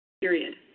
Period